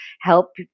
help